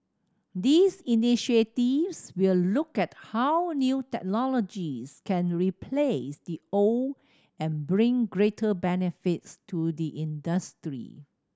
these initiatives will look at how new technologies can replace the old and bring greater benefits to the industry